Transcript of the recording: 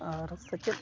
ᱟᱨ ᱥᱮᱪᱮᱫ